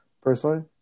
personally